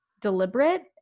deliberate